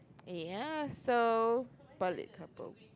eh ya so balik kampung